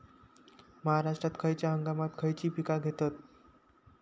महाराष्ट्रात खयच्या हंगामांत खयची पीका घेतत?